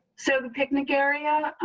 so the picnic area.